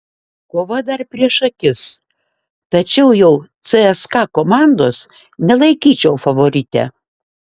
kova dar prieš akis tačiau jau cska komandos nelaikyčiau favorite